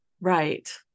Right